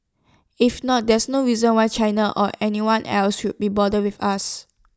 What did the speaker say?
if not there's no reason why China or anyone else should be bothered with us